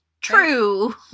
True